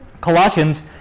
Colossians